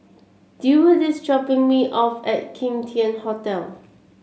Deward is dropping me off at Kim Tian Hotel